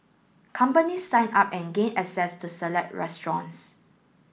companies sign up and gain access to select restaurants